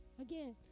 again